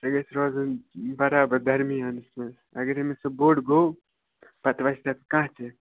سۄ گژھِ روزُن برابر درمیانَس منٛز اگر أمِس سُہ بوٚڈ گوٚو پَتہٕ وَسہِ تتھ کانٛہہ تہِ